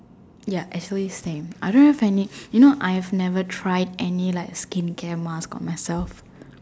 ya as always same I don't have any you know I have never try any like skincare mask on myself